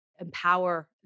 empower